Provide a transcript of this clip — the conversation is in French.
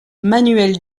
manuel